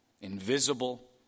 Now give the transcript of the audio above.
invisible